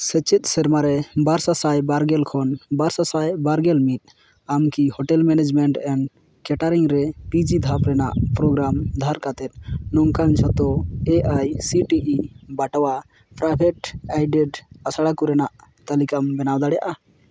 ᱥᱮᱪᱮᱫ ᱥᱮᱨᱢᱟᱨᱮ ᱵᱟᱨ ᱥᱟᱥᱟᱭ ᱵᱟᱨᱜᱮᱞ ᱠᱷᱚᱱ ᱵᱟᱨ ᱥᱟᱥᱟᱭ ᱵᱟᱨᱜᱮᱞ ᱢᱤᱫ ᱟᱢᱠᱤ ᱦᱳᱴᱮᱞ ᱢᱮᱱᱮᱡᱽᱢᱮᱱᱴ ᱮᱱᱰ ᱠᱮᱴᱟᱨᱤᱝ ᱨᱮ ᱯᱤ ᱡᱤ ᱫᱷᱟᱯ ᱨᱮᱱᱟᱜ ᱯᱨᱳᱜᱨᱟᱢ ᱫᱷᱟᱨ ᱠᱟᱛᱮᱫ ᱱᱚᱝᱠᱟᱱ ᱡᱷᱚᱛᱚ A I C T E ᱵᱟᱴᱟᱣᱟ ᱯᱨᱟᱭᱵᱷᱮᱴᱼᱮᱭᱰᱮᱰ ᱟᱥᱲᱟ ᱠᱚ ᱨᱮᱱᱟᱜ ᱛᱟᱹᱞᱤᱠᱟᱢ ᱵᱮᱱᱟᱣ ᱫᱟᱲᱮᱜᱼᱟ